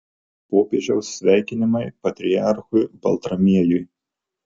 popiežiaus sveikinimai patriarchui baltramiejui